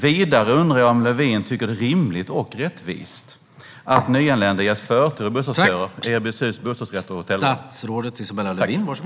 Vidare undrar jag om Lövin tycker att det är rimligt och rättvist att nyanlända ges förtur i bostadsköer och erbjuds hus, bostadsrätter och hotellrum.